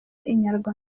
inyarwanda